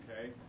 Okay